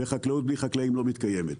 וחקלאות בלי חקלאים לא מתקיימת.